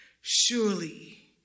Surely